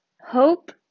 hope